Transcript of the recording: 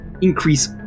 increase